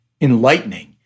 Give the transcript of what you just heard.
enlightening